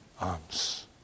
arms